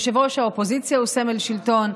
ראש האופוזיציה הוא סמל שלטון,